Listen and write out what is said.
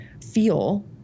feel